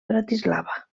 bratislava